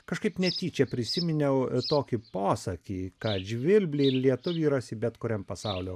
kažkaip netyčia prisiminiau tokį posakį kad žvirblį ir lietuvį rasi bet kuriam pasaulio